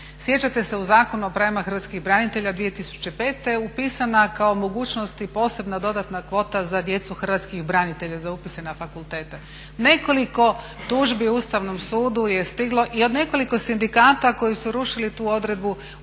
Sjećate se u Zakonu o pravima hrvatskih branitelja 2005. upisana kao mogućnost i posebna dodatna kvota za djecu hrvatskih branitelja za upise na fakultete. Nekoliko tužbi Ustavnom sudu je stiglo i od nekoliko sindikata koji su rušili tu odredbu, Ustavni